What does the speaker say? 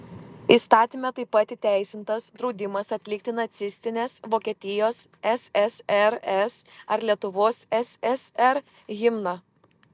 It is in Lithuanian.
įstatyme taip pat įteisintas draudimas atlikti nacistinės vokietijos ssrs ar lietuvos ssr himną